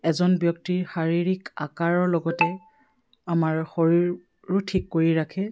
এজন ব্যক্তিৰ শাৰীৰিক আকাৰৰ লগতে আমাৰ শৰীৰৰো ঠিক কৰি ৰাখে